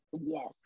Yes